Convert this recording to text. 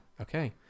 Okay